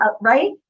right